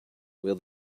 will